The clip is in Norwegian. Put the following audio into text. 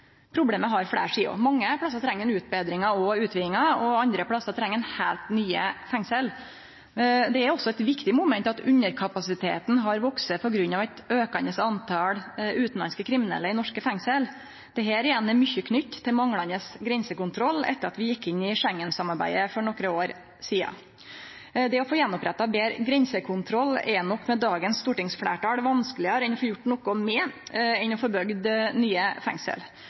Problemet har fleire sider. Mange stader treng ein utbetringar og utvidingar, og andre stader treng ein heilt nye fengsel. Det er også eit viktig moment at underkapasiteten har vakse på grunn av eit aukande tal utanlandske kriminelle i norske fengsel. Dette er igjen mykje knytt til manglande grensekontroll etter at vi gjekk inn i Schengensamarbeidet for nokre år sidan. Det å få gjenoppretta ein betre grensekontroll er nok med dagens stortingsfleirtal vanskelegare å få gjort noko med enn å få bygd nye fengsel